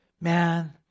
Man